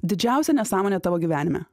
didžiausia nesąmonė tavo gyvenime